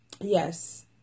Yes